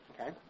Okay